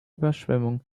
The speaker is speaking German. überschwemmung